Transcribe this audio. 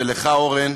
ולך, אורן,